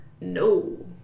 no